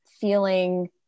feeling